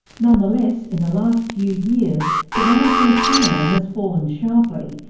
nonetheless, in the last few years demand from china has fallen sharply,